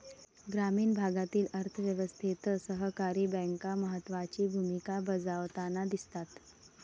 ग्रामीण भागातील अर्थ व्यवस्थेत सहकारी बँका महत्त्वाची भूमिका बजावताना दिसतात